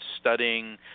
studying